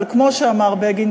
אבל כמו שאמר בגין,